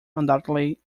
undoubtedly